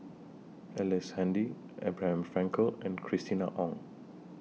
Ellice Handy Abraham Frankel and Christina Ong